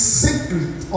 secret